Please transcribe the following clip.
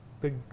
big